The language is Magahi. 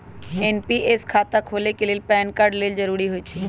एन.पी.एस खता खोले के लेल पैन कार्ड लेल जरूरी होइ छै